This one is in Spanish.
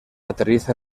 aterriza